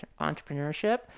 entrepreneurship